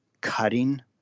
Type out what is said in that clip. cutting